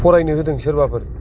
फरायनो होदों सोरबाफोर